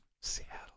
Seattle